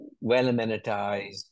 well-amenitized